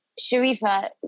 Sharifa